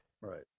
Right